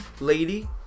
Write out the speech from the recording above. lady